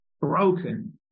broken